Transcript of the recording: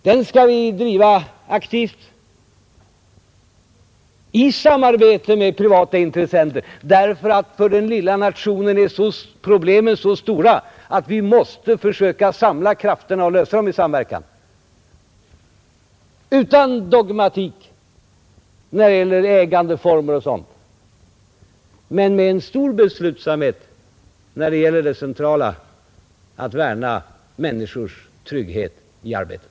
Den skall vi driva aktivt i samarbete med privata intressenter, därför att för den lilla nationen är problemen så stora att vi måste försöka samla krafterna och lösa dem i samverkan, utan dogmatik i fråga om ägandeformer och sådant men med en stor beslutsamhet när det gäller det centrala: att värna människors trygghet i arbetet.